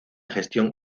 gestión